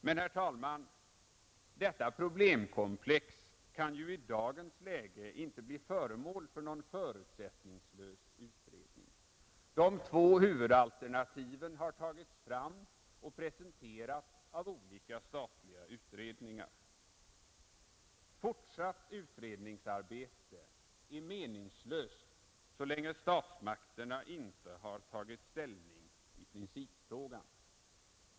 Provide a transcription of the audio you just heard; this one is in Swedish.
Men, herr talman, detta problemkomplex kan i dagens läge inte bli föremål för någon förutsättningslös utredning. De två huvudalternativen har tagits fram och presenterats av olika statliga utredningar. Fortsatt utredningsarbete är meningslöst så länge statsmakterna inte har tagit ställning i principfrågan.